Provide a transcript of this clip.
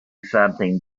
something